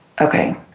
okay